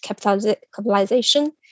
capitalization